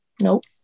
Nope